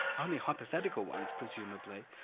only hypothetical ones presumably,